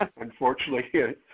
unfortunately